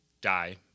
die